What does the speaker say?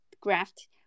graft